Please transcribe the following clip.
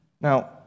Now